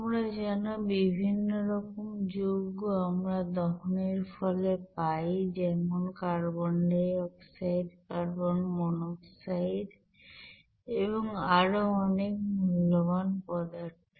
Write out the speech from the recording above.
তোমরা জানো বিভিন্ন রকম যৌগ আমরা দহনের ফলে পাই যেমন carbon dioxide carbon monoxide এবং আরো অনেক মূল্যবান পদার্থ